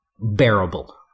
bearable